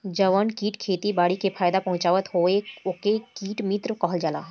जवन कीट खेती बारी के फायदा पहुँचावत हवे ओके कीट मित्र कहल जाला